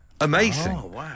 Amazing